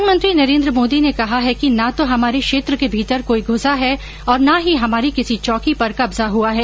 प्रधानमंत्री नरेन्द्र मोदी ने कहा है कि ना तो हमारे क्षेत्र के भीतर कोई घुसा है और ना ही हमारी किसी चौकी पर कब्जा हुआ है